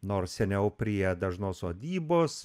nors seniau prie dažnos sodybos